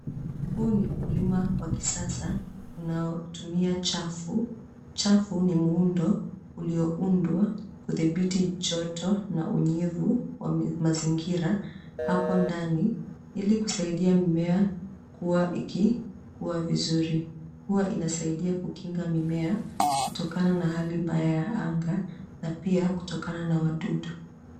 Huu ni ukulima wa kisasa unaotumia chafu. Chafu ni muundo ulioundwa kudhibiti joto na unyevu wa mazingira hapo ndani ili kusaidia mimea kuwa ikikuwa vizuri. Huwa inasaidia kukinga mimea kutokana na hali mbaya ya anga na pia kutokana na wadudu.